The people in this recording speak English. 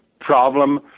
problem